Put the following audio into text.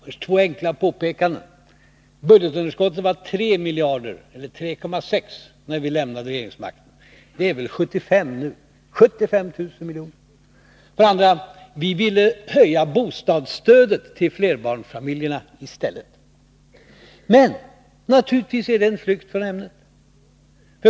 Herr talman! Två enkla påpekanden. För det första: Budgetunderskottet var 3,6 miljarder kronor när vi lämnade regeringsmakten. Det är nu 75 miljarder kronor. För det andra: Vi ville höja bostadsstödet till flerbarnsfamiljerna i stället. Men naturligtvis flyr statsministern från ämnet.